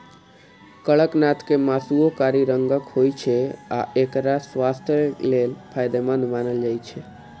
कड़कनाथ के मासुओ कारी रंगक होइ छै आ एकरा स्वास्थ्यक लेल फायदेमंद मानल जाइ छै